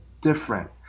different